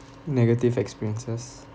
negative experiences